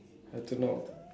I don't know